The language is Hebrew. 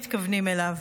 גברתי הנכבדה,